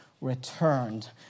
returned